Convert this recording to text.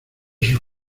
sus